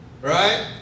Right